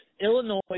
Illinois